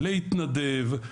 להתנדב,